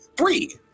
Three